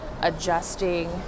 adjusting